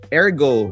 ergo